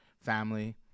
family